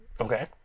Okay